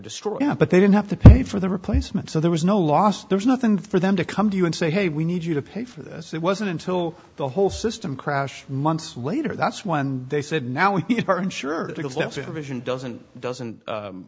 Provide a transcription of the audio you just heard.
destroyed but they didn't have to pay for the replacement so there was no loss there's nothing for them to come to you and say hey we need you to pay for this it wasn't until the whole system crashed months later that's when they said now we are insured because lesser vision doesn't doesn't